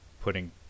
putting